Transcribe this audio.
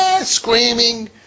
screaming